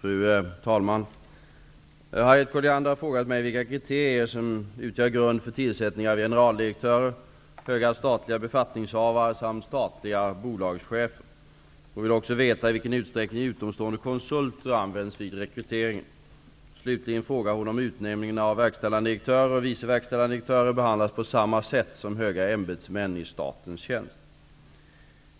Fru talman! Harriet Colliander har frågat mig vilka kriterier som utgör grund för tillsättningen av generaldirektörer, höga statliga befattningshavare samt statliga bolagschefer. Hon vill också veta i vilken utsträckning utomstående konsulter används vid rekryteringen. Slutligen frågar hon om utnämningar av VD och vice VD sker på samma sätt som utnämningar av höga ämbetsmän i statens tjänst.